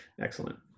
excellent